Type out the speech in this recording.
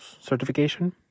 Certification